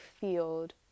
field